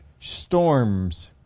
storms